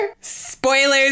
Spoilers